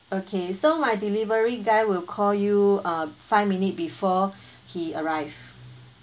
okay so my delivery guy will call you uh five minute before he arrive